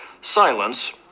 Silence